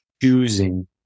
choosing